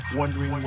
wondering